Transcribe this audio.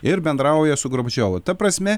ir bendrauja su gorbačiovu ta prasme